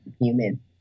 human